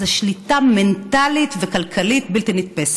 זה שליטה מנטלית וכלכלית בלתי נתפסת.